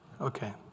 okay